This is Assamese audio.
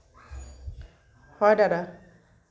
হয় দাদা